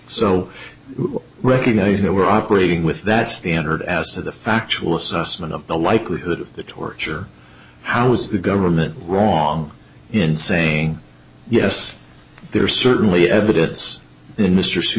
you recognize that we're operating with that standard as to the factual assessment of the likelihood of the torture how is the government wrong in saying yes there are certainly evidence in mr